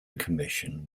commission